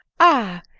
ah!